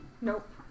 Nope